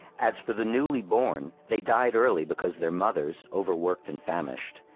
as for the newly born, they died early because their mothers, overworked and famished,